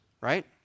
right